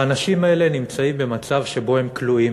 האנשים האלה נמצאים במצב שבו הם כלואים.